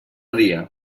dia